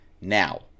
Now